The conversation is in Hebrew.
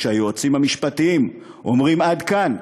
כשהיועצים המשפטיים אומרים: עד כאן,